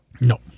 No